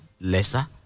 lesser